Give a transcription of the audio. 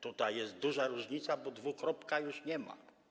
Tutaj jest duża różnica, bo dwukropka już nie ma.